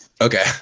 Okay